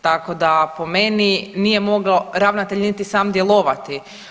Tako da po meni nije mogao ravnatelj niti sam djelovati.